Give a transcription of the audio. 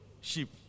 sheep